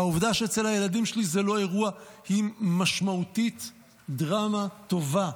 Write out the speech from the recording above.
והעובדה שאצל הילדים שלי זה לא אירוע היא משמעותית דרמה טובה,